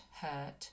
hurt